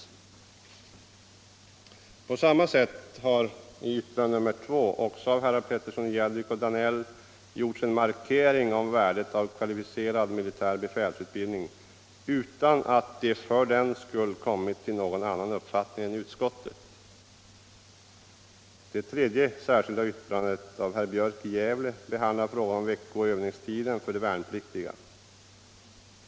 På samma sätt har i yttrande nr 2, också av herrar Petersson i Gäddvik och Danell, gjorts en markering om värdet av kvalificerad militär befälsutbildning, utan att de för den skull kommit till någon annan uppfattning än utskottet. Det tredje särskilda yttrandet, av herr Björk i Gävle, behandlar frågan om veckoövningstiden för de värnpliktiga.